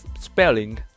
spelling